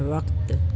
वक़्तु